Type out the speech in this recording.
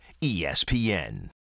ESPN